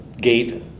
gate